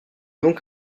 donc